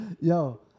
Yo